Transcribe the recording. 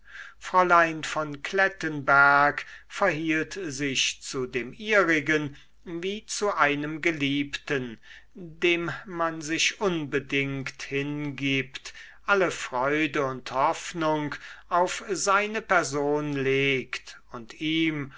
fräulein von klettenberg verhielt sich zu dem ihrigen wie zu einem geliebten dem man sich unbedingt hingibt alle freude und hoffnung auf seine person legt und ihm